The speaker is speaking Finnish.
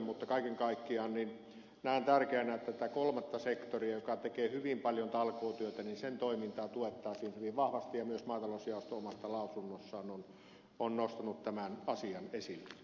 mutta kaiken kaikkiaan näen tärkeänä että tämän kolmannen sektorin joka tekee hyvin paljon talkootyötä toimintaa tuettaisiin hyvin vahvasti ja myös maatalousjaosto omassa lausunnossaan on nostanut tämän asian esille